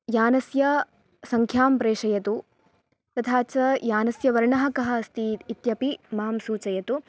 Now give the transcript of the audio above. यानस्य सङ्ख्यां प्रेषयतु तथा च यानस्य वर्णः कः अस्ति इत्यपि मां सूचयतु